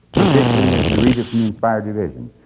particularly as you read it from the inspired revision.